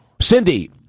Cindy